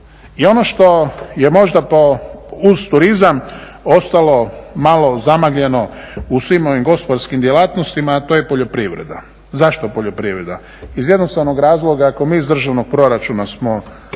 I ono što je možda uz turizam ostalo malo zamagljeno u svim ovim gospodarskim djelatnostima to je poljoprivreda. Zašto poljoprivreda? Iz jednostavnog razloga ako mi iz državnog proračuna smo